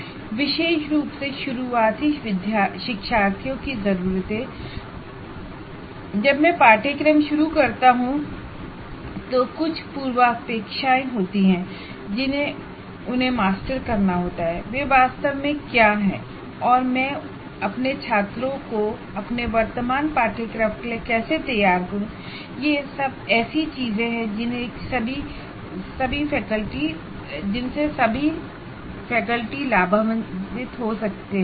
और विशेष रूप से शुरुआती शिक्षार्थियों की जरूरतें जब मैं पाठ्यक्रम शुरू करता हूं तो कुछ पूर्वापेक्षाएँ होती हैं जिन्हें उन्हें मास्टर करना होता है वे वास्तव में क्या हैं और मैं अपने छात्रों को अपने वर्तमान कोर्स के लिए कैसे तैयार करूं ये ऐसी चीजें हैं जिनसे सभी फैकल्टी लाभान्वित हो सकते हैं